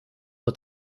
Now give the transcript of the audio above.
het